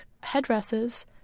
headdresses